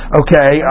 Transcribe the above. okay